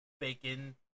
bacon